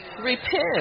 Repent